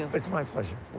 and but it's my pleasure.